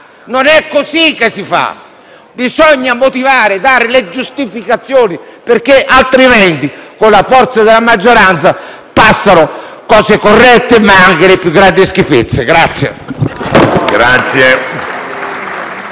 non è così che si fa: bisogna motivare e dare le giustificazioni, perché altrimenti con la forza della maggioranza passano cose corrette, ma anche le più grandi schifezze.